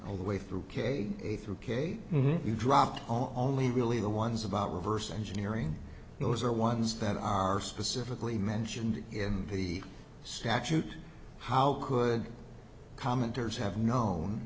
all the way through k a through k you drop all only really the ones about reverse engineering those are ones that are specifically mentioned in the statute how could commenters have known